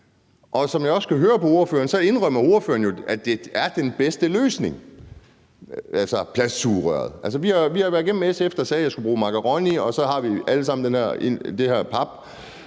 Og som jeg også kan høre på ordføreren, indrømmer ordføreren jo, at det er den bedste løsning, altså plastiksugerøret. Vi har hørt SF, der sagde, at jeg skulle bruge makaroni, og så har vi alle sammen det her